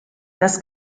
das